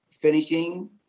finishing –